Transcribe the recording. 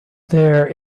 there